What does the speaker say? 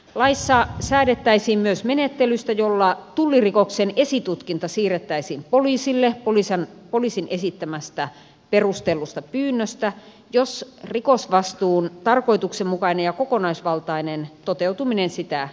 laissa säädettäisiin myös menettelystä jolla tullirikoksen esitutkinta siirrettäisiin poliisille poliisin esittämästä perustellusta pyynnöstä jos rikosvastuun tarkoituksenmukainen ja kokonaisvaltainen toteutuminen sitä edellyttäisi